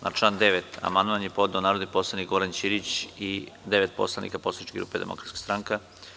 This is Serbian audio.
Na član 9. amandman je podneo narodni poslanik Goran Ćirić i devet poslanika poslaničke grupe Demokratska stranka.